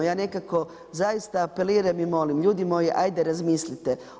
Ja nekako zaista apeliram i molim, ljudi moji hajde razmislite.